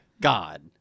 God